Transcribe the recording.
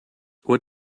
what